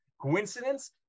Coincidence